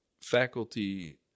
faculty